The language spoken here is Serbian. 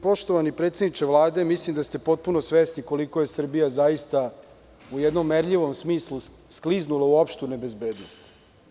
Poštovani predsedniče Vlade, mislim da ste potpuno svesni koliko je Srbija zaista u jednom merljivom smislu skliznula u opštoj bezbednosti.